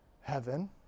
heaven